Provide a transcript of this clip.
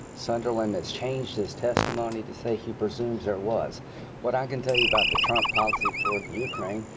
sunderland has changed his testimony to say he presumes there was what i can tell you about the trump policy toward ukraine.